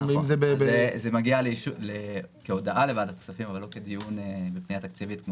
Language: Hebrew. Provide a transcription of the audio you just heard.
--- זה מגיע כהודעה לוועדת הכספים אבל לא כדיון בפנייה תקציבית.